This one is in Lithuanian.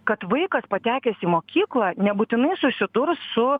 kad vaikas patekęs į mokyklą nebūtinai susidurs su